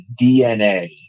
DNA